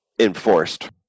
enforced